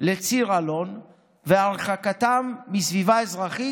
לציר אלון והרחקתם מסביבה אזרחית,